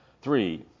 Three